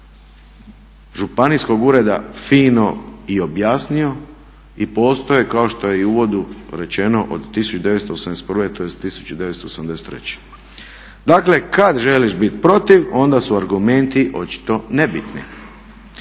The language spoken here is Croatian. županijskog ureda fino i objasnio i postoje kao što je i u uvodu rečeno od 1981. tj. 1983. Dakle kada želiš biti protiv onda su argumenti očito nebitni.